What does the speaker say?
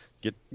get